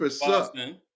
Boston